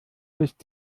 ist